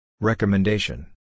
Recommendation